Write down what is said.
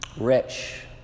Rich